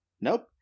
Nope